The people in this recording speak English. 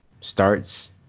starts